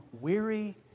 weary